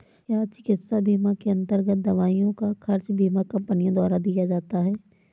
क्या चिकित्सा बीमा के अन्तर्गत दवाइयों का खर्च बीमा कंपनियों द्वारा दिया जाता है?